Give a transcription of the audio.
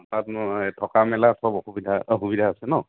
তাত মই থকা মেলা চব অসুবিধা অঁ সুবিধা আছে ন